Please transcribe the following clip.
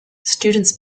students